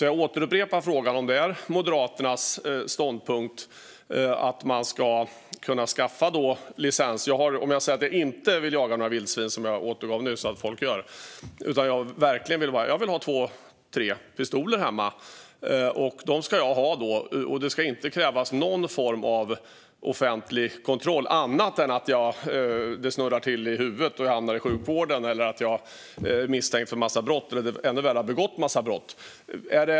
Jag återupprepar frågan om det är Moderaternas ståndpunkt att jag ska kunna skaffa licens om jag inte vill jaga några vildsvin, som jag nyss sa att folk gör, utan jag verkligen vill ha två tre pistoler hemma. Ska det då inte krävas någon form av offentlig kontroll, annat än om det snurrar till i huvudet och jag hamnar i sjukvården eller är misstänkt för en massa brott eller, ännu värre, har begått en massa brott?